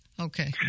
okay